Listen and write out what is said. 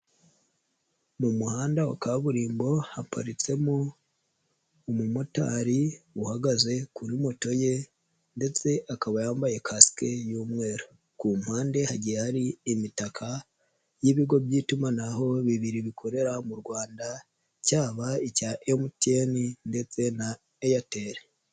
Mu muhanda wa kaburimbo haparitsemo umumotari uhagaze kuri moto ye ndetse akaba yambaye kasike y'umweru, ku mpande hagiye hari imitaka y'ibigo by'itumanaho bibiri bikorera mu Rwanda cyaba icya MTN ndetse na Airtel.